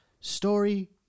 Story